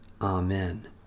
Amen